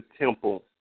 temple